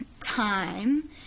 time